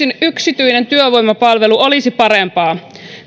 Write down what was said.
yksityinen työvoimapalvelu olisi parempaa